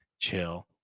chill